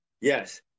yes